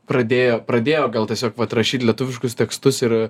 pradėjo pradėjo gal tiesiog vat rašyt lietuviškus tekstus ir